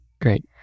Great